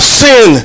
sin